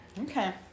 Okay